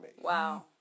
Wow